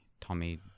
Tommy